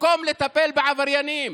במקום לטפל בעבריינים,